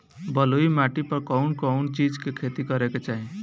बलुई माटी पर कउन कउन चिज के खेती करे के चाही?